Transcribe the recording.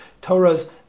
Torah's